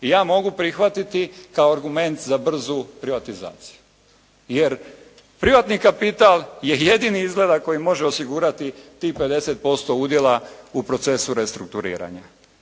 ja mogu prihvatiti kao argumet za brzu privatizaciju. Jer privatni kapital je jedini izgleda koji može osigurati tih 50% udjela u procesu restrukturiranja.